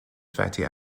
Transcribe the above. fatty